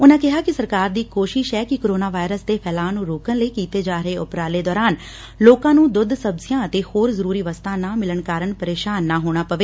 ਉਨੂਾ ਕਿਹਾ ਕਿ ਸਰਕਾਰ ਦੀ ਕੋਸ਼ਿਸ਼ ਏ ਕਿ ਕੋਰੋਨਾ ਵਾਇਰਸ ਦੇ ਫੈਲਾਅ ਨੁੰ ਰੋਕਣ ਲਈ ਕੀਤੇ ਜਾ ਰਹੇ ਉਪਰਾਲੇ ਦੌਰਾਨ ਲੋਕਾਂ ਦੁੱਧ ਸਬਜ਼ੀਆਂ ਤੇ ਹੋਰ ਜ਼ਰੁਰੀ ਵਸਤਾਂ ਨਾ ਮਿਲਣ ਕਾਰਨ ਪ੍ਰੇਸ਼ਾਨ ਨਾ ਹੋਣਾ ਪਵੇ